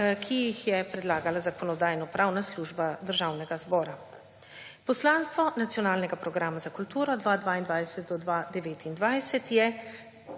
ki jih je predlagala Zakonodajno-pravna služba Državnega zbora. Poslanstvo Nacionalnega programa za kulturo 2022-2029 je,